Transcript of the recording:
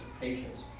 Patience